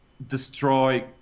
destroy